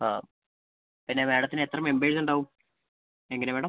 ആ പിന്നെ മാഡത്തിന് എത്ര മെമ്പേഴ്സ് ഉണ്ടാവും എങ്ങനെ മാഡം